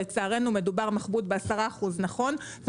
לצערנו מדובר ב-10%, נכון מחמוד?